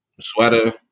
sweater